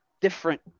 different